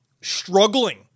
struggling